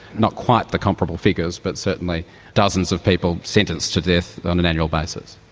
not quite the comparable figures but certainly dozens of people sentenced to death on an annual basis.